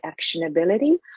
actionability